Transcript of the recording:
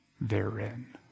therein